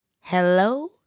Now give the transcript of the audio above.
Hello